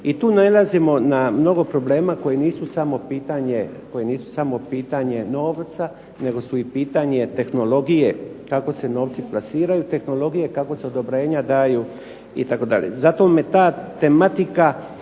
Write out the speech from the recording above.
I tu nailazimo na mnogo problema koji nisu samo pitanje novca, nego su i pitanje tehnologije kako se novci plasiraju, tehnologije kako se odobrenja daju itd. Zato me ta tematika